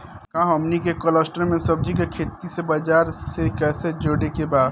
का हमनी के कलस्टर में सब्जी के खेती से बाजार से कैसे जोड़ें के बा?